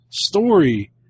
story